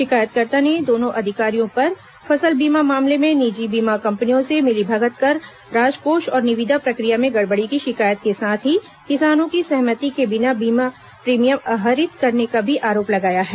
शिकायतकर्ता ने दोनों अधिकारियों पर फसल बीमा मामले में निजी बीमा कंपनियों से मिलीभगत कर राजकोष और निविदा प्रक्रिया में गड़बड़ी की शिकायत के साथ ही किसानों की सहमति के बिना बीमा प्रीमियम आहरित करने का भी आरोप लगाया है